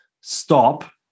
stop